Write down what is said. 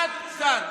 עד כאן.